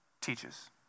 teaches